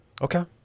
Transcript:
Okay